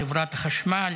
חברת חשמל